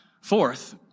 Fourth